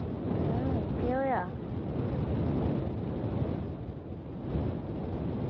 हां केह् होआ